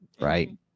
right